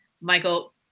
Michael